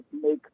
make